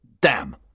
Damn